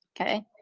Okay